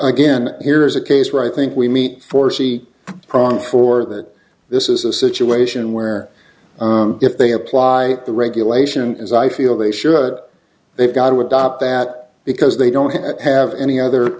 again here's a case where i think we meet foresee prong for that this is a situation where if they apply the regulation as i feel they should they've got to adopt that because they don't have any other